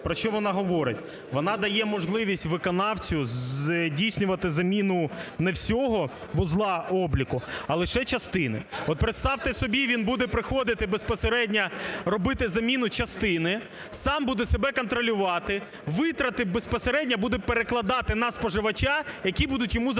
Про що вона говорить? Вона дає можливість виконавцю здійснювати заміну не всього вузла обліку, а лише частини. От, представте собі, він буде приходити безпосередньо робити заміну частини. Сам буде себе контролювати. Витрати безпосередньо будуть перекладати на споживача, які будуть йому за